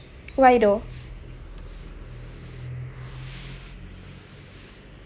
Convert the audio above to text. why though